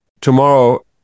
Tomorrow